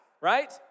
right